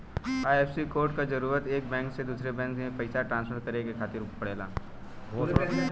IFSC code क जरूरत एक बैंक से दूसरे बैंक में पइसा ट्रांसफर करे खातिर पड़ला